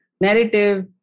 narrative